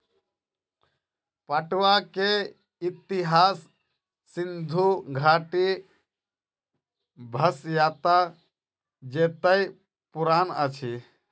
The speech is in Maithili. पटुआ के इतिहास सिंधु घाटी सभ्यता जेतै पुरान अछि